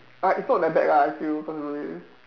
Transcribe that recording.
uh it's not that bad lah I feel personally